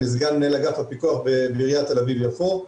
אני סגן מנהל אגף הפיקוח בעירית תל אביב יפו.